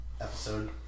episode